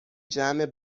جمع